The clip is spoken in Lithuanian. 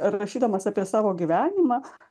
rašydamas apie savo gyvenimą